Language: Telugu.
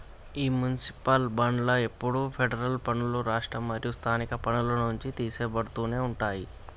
ఈ మునిసిపాల్ బాండ్లు ఎప్పుడు ఫెడరల్ పన్నులు, రాష్ట్ర మరియు స్థానిక పన్నుల నుంచి తీసెయ్యబడుతునే ఉంటాయి